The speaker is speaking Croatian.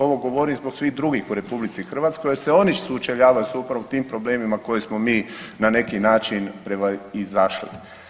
Ovo govorim zbog svih drugih u RH jer se onu sučeljavaju s upravo tim problemima koje smo mi na neki način prevazišli.